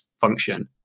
function